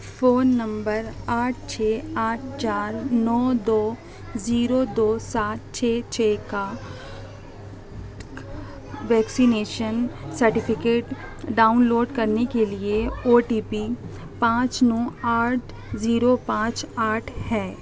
phone number آٹھ چھ آٹھ چار نو دو زیرو دو سات چھ چھ کا ویکسینیشن سرٹیفکیٹ ڈاؤن لوڈ کرنے کے لیے او ٹی پی پانچ نو آٹھ زیرو پانچ آٹھ ہے